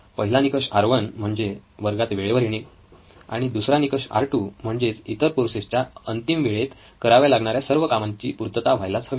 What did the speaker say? पहिला निकष आर1 म्हणजे वर्गात वेळेवर येणे आणि दुसरा निकष आर2 म्हणजेच इतर कोर्सेसच्या अंतिम वेळेत कराव्या लागणाऱ्या सर्व कामांची पूर्तता व्हायलाच हवी